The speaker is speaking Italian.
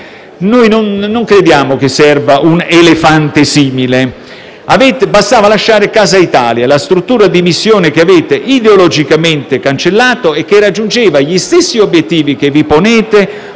Noi non crediamo che serva un elefante simile. Sarebbe bastato lasciare Casa Italia, la struttura di missione che avete ideologicamente cancellato e che raggiungeva gli stessi obiettivi che vi ponete,